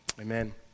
Amen